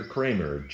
Kramer